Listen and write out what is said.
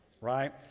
right